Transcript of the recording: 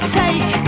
take